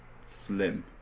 slim